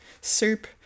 soup